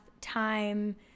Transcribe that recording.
time